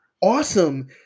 awesome